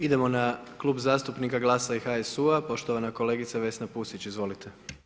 Idemo na Klub zastupnika GLAS-a i HSU-a, poštovana kolegica Vesna Pusić, izvolite.